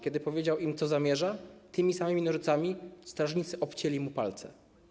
Kiedy powiedział im, co zamierza, tymi samymi nożycami strażnicy obcięli mu palce.